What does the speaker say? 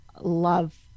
love